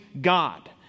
God